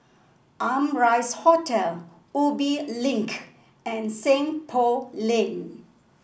Amrise Hotel Ubi Link and Seng Poh Lane